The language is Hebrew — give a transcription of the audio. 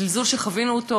זלזול שחווינו אותו,